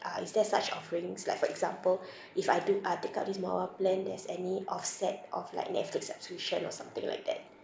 uh is there such offerings like for example if I do uh take up this mobile plan there's any offset of like netflix subscription or something like that